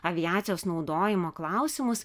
aviacijos naudojimo klausimus